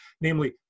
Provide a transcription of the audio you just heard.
namely